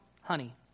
honey